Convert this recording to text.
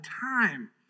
time